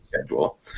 schedule